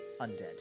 undead